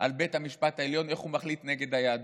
על בית המשפט העליון, איך הוא מחליט נגד היהדות.